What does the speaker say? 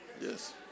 Yes